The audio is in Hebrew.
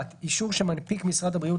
אישור שמנפיק משרד הבריאות,